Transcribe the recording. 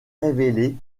révéler